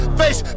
face